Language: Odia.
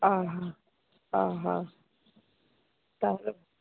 ଓହଃ ଓହଃ ତାହେଲେ